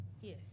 Yes